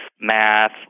math